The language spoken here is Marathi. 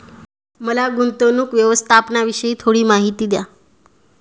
मला गुंतवणूक व्यवस्थापनाविषयी थोडी माहिती द्या